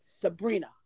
Sabrina